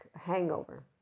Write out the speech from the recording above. hangover